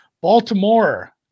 Baltimore